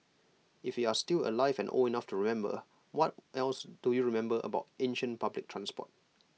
if you're still alive and old enough to remember what else do you remember about ancient public transport